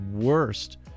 worst